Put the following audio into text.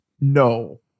no